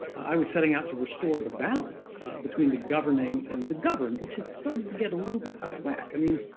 i was setting out to restore the balance between the governing and the governed, which had started to get a little bit out of whack. i mean,